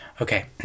Okay